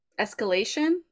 escalation